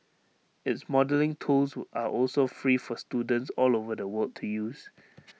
its modelling tools are also free for students all over the world to use